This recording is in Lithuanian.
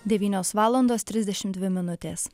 devynios valandos trisdešimt dvi minutės